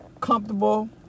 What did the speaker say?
Comfortable